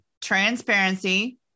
Transparency